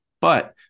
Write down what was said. But-